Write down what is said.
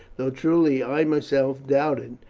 though truly i myself doubted,